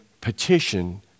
petition